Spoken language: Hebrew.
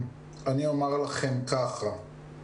אני מקווה שכבר הגיע הזמן לתת